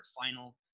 final